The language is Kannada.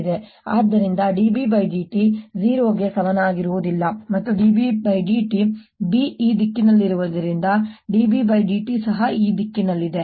ಮತ್ತು ಆದ್ದರಿಂದ dBdt 0 ಗೆ ಸಮನಾಗಿರುವುದಿಲ್ಲ ಮತ್ತು dB dt B ಈ ದಿಕ್ಕಿನಲ್ಲಿರುವುದರಿಂದ dBdt ಸಹ ಈ ದಿಕ್ಕಿನಲ್ಲಿದೆ